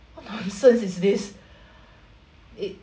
what nonsense is this it